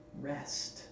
rest